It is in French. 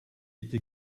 été